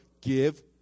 give